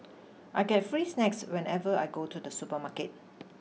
I get free snacks whenever I go to the supermarket